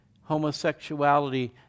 homosexuality